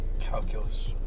Calculus